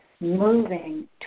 moving